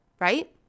right